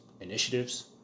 initiatives